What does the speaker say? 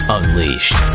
Unleashed